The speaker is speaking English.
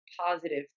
positive